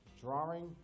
drawing